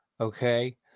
okay